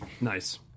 Nice